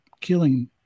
killing